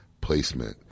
placement